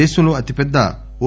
దేశంలో అతిపెద్ద ఓ